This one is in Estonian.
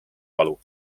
valu